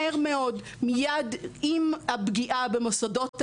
מהר מאוד מיד עם הפגיעה במוסדות השלטוניים,